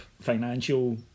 financial